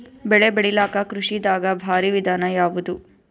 ಬೆಳೆ ಬೆಳಿಲಾಕ ಕೃಷಿ ದಾಗ ಭಾರಿ ವಿಧಾನ ಯಾವುದು?